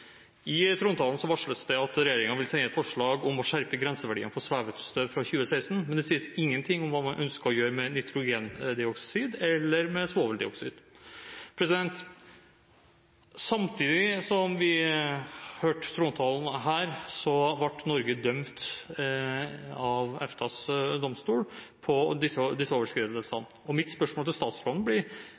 I trontalen varsles det at regjeringen vil sende på høring et forslag om å skjerpe grenseverdiene for svevestøv fra 2016, men det sies ingen ting om hva man ønsker å gjøre med nitrogendioksid eller med svoveldioksid. Samtidig som vi hørte trontalen her, ble Norge dømt av EFTAs domstol for disse overskridelsene. Mitt spørsmål til statsråden blir: